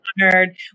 honored